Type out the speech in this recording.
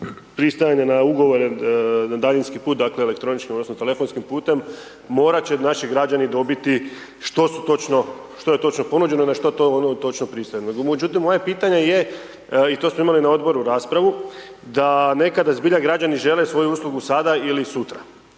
pristajanja na ugovore na daljinski put, dakle elektroničkim odnosno telefonskim putem, morat će naši građani dobiti što su točno, što je točno ponuđeno i na što točno pristaju. Međutim, moje pitanje je i to smo imali na odboru raspravu, da nekada zbilja građani žele svoju uslugu sada ili sutra.